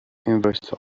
university